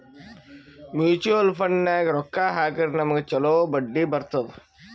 mutual ಫಂಡ್ನಾಗ್ ರೊಕ್ಕಾ ಹಾಕುರ್ ನಮ್ಗ್ ಛಲೋ ಬಡ್ಡಿ ಬರ್ತುದ್